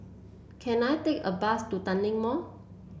can I take a bus to Tanglin Mall